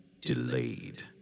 delayed